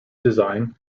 design